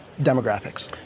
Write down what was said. demographics